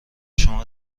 شما